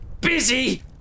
Busy